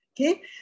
Okay